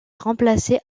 remplacé